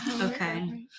okay